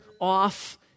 off